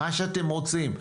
מה שאתם רוצים,